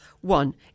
One